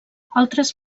altres